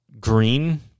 green